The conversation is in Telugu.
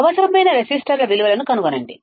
అవసరమైన రెసిస్టర్ల విలువలను కనుగొనండి